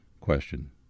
Question